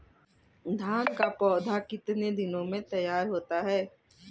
धान का पौधा कितने दिनों में तैयार होता है?